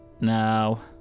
now